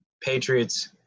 Patriots